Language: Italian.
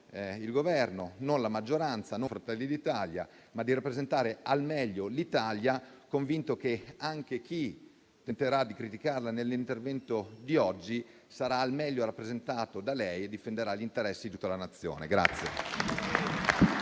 il Governo, non la maggioranza, non Fratelli d'Italia, ma di rappresentare al meglio l'Italia, convinto che anche chi tenterà di criticarla nell'intervento di oggi sarà al meglio rappresentato da lei che difenderà gli interessi di tutta la Nazione.